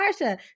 Marsha